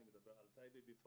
אני מדבר על טייבה בפרט.